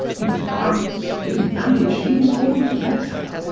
in france they manage these things better.